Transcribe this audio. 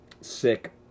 sick